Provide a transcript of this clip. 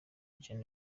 gen